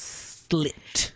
slit